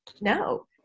no